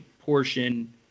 portion